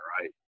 right